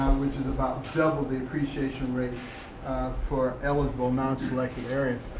which is about double the appreciation rate for eligible non-selected areas.